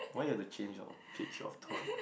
why you had to change your change